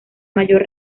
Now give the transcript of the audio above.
mayor